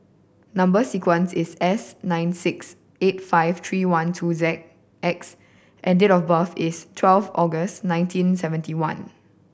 number sequence is S nine six eight five three one two Z X and date of birth is twelve August nineteen seventy one